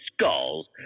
skulls